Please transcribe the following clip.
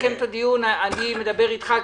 אני מדבר איתך,